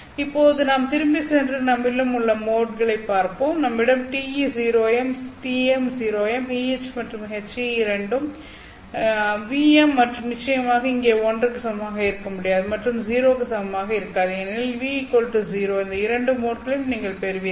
இப்போது நாம் திரும்பிச் சென்று நம்மிடம் உள்ள மோட்களைப் பார்ப்போம் நம்மிடம் TE0m TM0m EH மற்றும் HE இரண்டும் ʋm நிச்சயமாக இங்கே 1 க்கு சமமாக இருக்க முடியும் மற்றும் 0 க்கு சமமாக இருக்காது ஏனெனில் ʋ0 இந்த இரண்டு மோட்களையும் நீங்கள் பெறுவீர்கள்